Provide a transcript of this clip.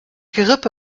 gerippe